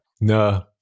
No